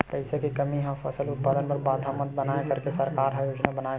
पईसा के कमी हा फसल उत्पादन मा बाधा मत बनाए करके सरकार का योजना बनाए हे?